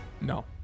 No